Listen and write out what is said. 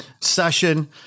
session